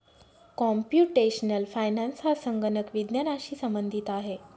computational finance हा संगणक विज्ञानाशी संबंधित आहे